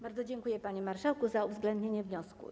Bardzo dziękuję, panie marszałku, za uwzględnienie wniosku.